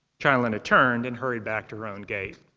chanlina turned and hurried back to her own gate.